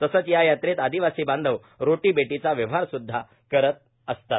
तसंच या यात्रेत आदिवासी बांधव रोटी बेटीचा व्यवहार सुद्धा करीत असतात